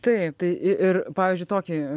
taip tai i ir pavyzdžiui tokį